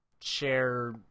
share